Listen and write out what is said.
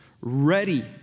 ready